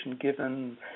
given